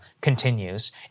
continues